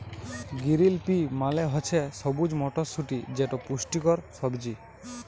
গিরিল পি মালে হছে সবুজ মটরশুঁটি যেট পুষ্টিকর সবজি